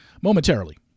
momentarily